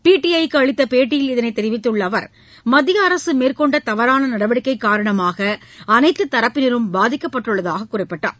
பிடிஐக்கு அளித்த பேட்டியில் இதனைத் தெரிவித்துள்ள அவர் மத்திய அரசு மேற்கொண்ட தவறான நடவடிக்கை காரணமாக அனைத்து தரப்பினரும் பாதிக்கப்பட்டுள்ளதாக குறிப்பிட்டார்